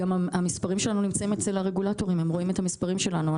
המספרים שלנו נמצאים אצל הרגולטורים הם רואים את המספרים שלנו.